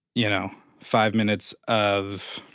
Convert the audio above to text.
you know, five minutes of